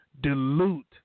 dilute